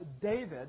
David